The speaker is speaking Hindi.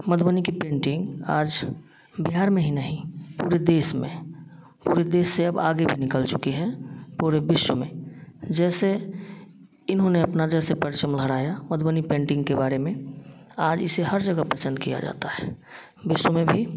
मधुबनी की पेंटिंग आज बिहार में ही नहीं पूरे देश में पूरे देश से अब आगे भी निकल चुकी है पूरे विश्व में जैसे इन्होंने अपना जैसे परचम लहराया मधुबनी पेंटिंग के बारे में आज इसे हर जगह पसंद किया जाता है विश्व में भी